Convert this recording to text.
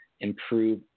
improve